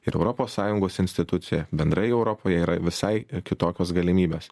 ir europos sąjungos institucijoje bendrai europoje yra visai kitokios galimybės